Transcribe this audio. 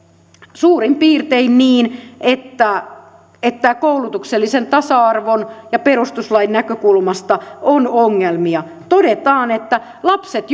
suurin piirtein niin että että koulutuksellisen tasa arvon ja perustuslain näkökulmasta on ongelmia todetaan että lapset